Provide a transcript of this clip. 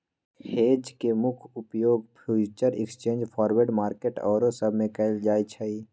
hedge के मुख्य उपयोग फ्यूचर एक्सचेंज, फॉरवर्ड मार्केट आउरो सब में कएल जाइ छइ